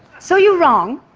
so, you're wrong.